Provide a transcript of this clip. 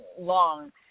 long